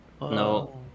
No